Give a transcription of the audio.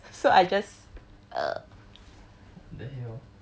I a minus so I just !ee!